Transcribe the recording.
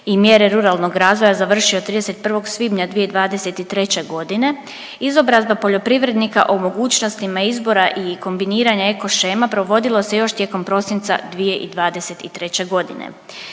i mjere ruralnog razvoja završio 31. svibnja 2023. godine izobrazba poljoprivrednika o mogućnostima izbora i kombiniranja eko shema provodilo se još tijekom prosinca 2023. godine.